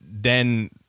then-